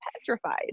petrified